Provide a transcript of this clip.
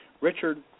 Richard